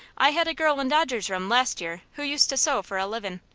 i had a girl in dodger's room last year who used to sew for a livin'.